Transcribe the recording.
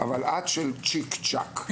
אבל את של צ'יק צ'ק.